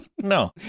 no